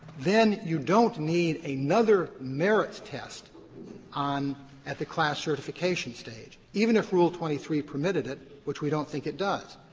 then you don't need another merits test on at the class certification stage, even if rule twenty three permitted it, which we don't think it does.